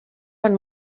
van